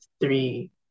three